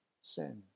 sin